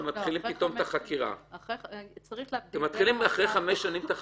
אתם מתחילים אחרי חמש שנים את החקירה.